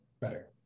better